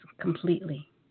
completely